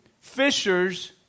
fishers